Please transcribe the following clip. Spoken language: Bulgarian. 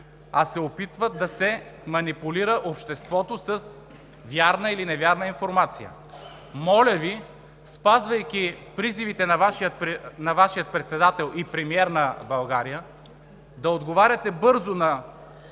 а се опитват да се манипулира обществото с вярна или невярна информация. Моля Ви, спазвайки призивите на Вашия председател и премиер на България, да отговаряте бързо на